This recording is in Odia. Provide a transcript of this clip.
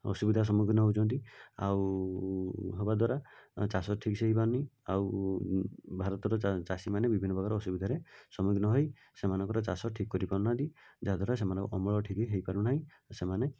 ଅସୁବିଧାର ସମ୍ମୁଖୀନ ହେଉଛନ୍ତି ଆଉ ହେବା ଦ୍ୱାରା ଚାଷ ଠିକ୍ ସେ ହୋଇପାରୁନି ଆଉ ଭାତରର ଚାଷୀମାନେ ବିଭିନ୍ନ ପ୍ରକାର ଅସୁବିଧାରେ ସମ୍ମୁଖୀନ ହୋଇ ସେମାନଙ୍କର ଚାଷ ଠିକ୍ କରିପାରୁନାହାନ୍ତି ଯାହାଦ୍ୱାରା ସେମାନଙ୍କ ଅମଳ ଠିକ୍ ହୋଇପାରୁନାହିଁ ସେମାନେ